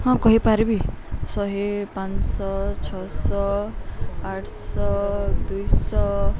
ହଁ କହିପାରିବି ଶହେ ପାଞ୍ଚଶହ ଛଅଶହ ଆଠଶହ ଦୁଇଶହ